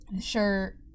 Sure